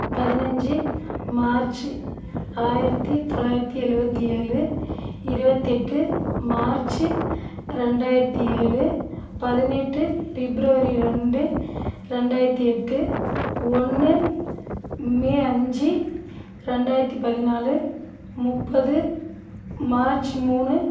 பதினஞ்சு மார்ச்சு ஆயிரத்தி தொள்ளாயிரத்தி எழுபத்தி ஏழு இருபத்தெட்டு மார்ச்சு ரெண்டாயிரத்தி ஏழு பதினெட்டு ஃபிப்ரவரி ரெண்டு ரெண்டாயிரத்தி எட்டு ஒன்று மே அஞ்சு ரெண்டாயிரத்தி பதினாலு முப்பது மார்ச் மூணு